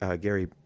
Gary